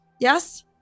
Yes